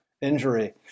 injury